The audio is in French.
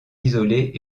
isolée